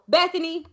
Bethany